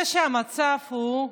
את זה שהמצב לא